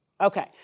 Okay